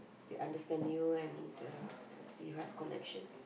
they understand you and uh that's you have connection